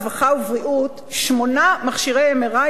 הרווחה והבריאות שמונה מכשירי MRI,